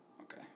Okay